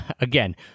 again